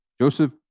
Joseph